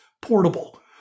portable